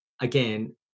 again